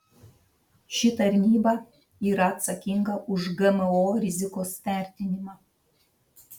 ši tarnyba yra atsakinga už gmo rizikos vertinimą